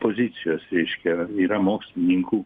pozicijos reiškia yra mokslininkų